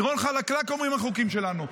מדרון חלקלק, אומרים החוקים שלנו.